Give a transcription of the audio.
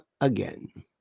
again